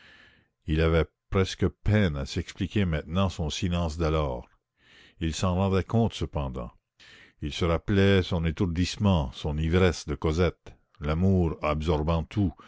il avait presque peine à s'expliquer maintenant son silence d'alors il s'en rendait compte cependant il se rappelait son étourdissement son ivresse de cosette l'amour absorbant tout